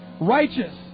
righteous